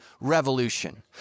revolution